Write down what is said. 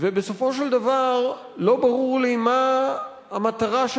ובסופו של דבר לא ברור לי מה המטרה של